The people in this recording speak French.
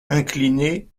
incliné